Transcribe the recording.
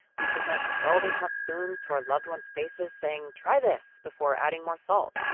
we present scalding hot spoons to our loved ones' faces, saying, try this, before adding more salt.